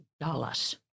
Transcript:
Dallas